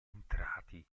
entrati